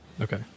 Okay